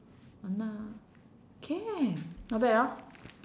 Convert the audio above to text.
!hanna! can not bad hor